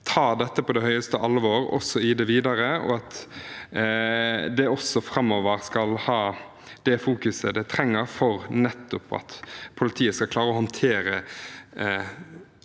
tar dette på høyeste alvor også i det videre, og at det framover skal ha det fokuset det trenger for at politiet skal klare å håndtere